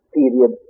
period